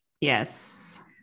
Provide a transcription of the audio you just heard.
Yes